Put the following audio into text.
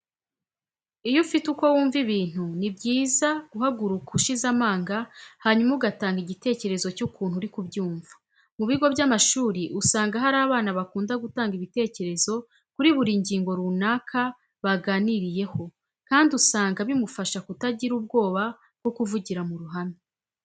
Iyo ufite uko wumva ibintu, ni byiza guhaguruka ushize amanga hanyuma ugatanga igitekerezo cy'ukuntu uri kubyumva. Mu bigo by'amashuri usanga hari abana bakunda gutanga ibitekerezo kuri buri ngingo runaka baganiyeho kandi usanga bimufasha kutagira ubwoba bwo kuvugira mu ruhame.